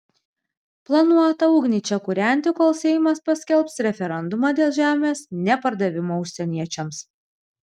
planuota ugnį čia kūrenti kol seimas paskelbs referendumą dėl žemės nepardavimo užsieniečiams